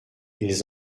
ils